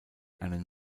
einen